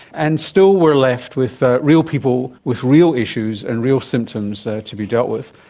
and still we're left with ah real people with real issues and real symptoms to be dealt with.